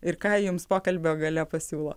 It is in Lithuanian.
ir ką jums pokalbio gale pasiūlo